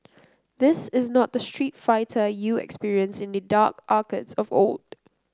this is not the Street Fighter you experienced in the dark arcades of old